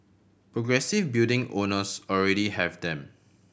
progressive building owners already have them